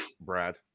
Brad